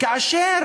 כאשר